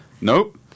nope